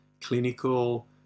clinical